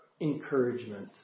encouragement